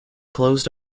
closed